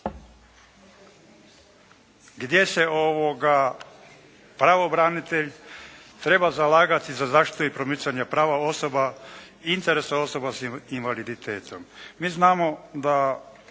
gdje se pravobranitelj treba zalagati za zaštitu i promicanje prava osoba, interesa osoba sa invaliditetom. Mi znamo da